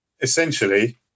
essentially